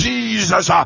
Jesus